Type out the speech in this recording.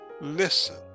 listen